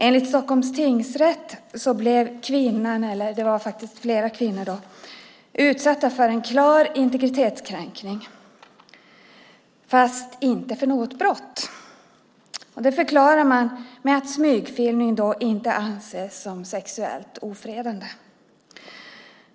Enligt Stockholms tingsrätt blev flera kvinnor utsatta för en klar integritetskränkning men inte för något brott. Man förklarar detta med att smygfilmning inte anses som sexuellt ofredande.